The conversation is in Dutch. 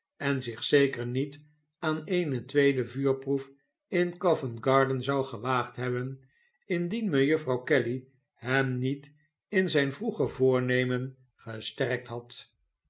en zich zeker niet aan eene tweede vuurproef in covent-garden zou gewaagd hebben indien mejuffrouw kelly hem niet in zijn vroeger voornemengesterkthad de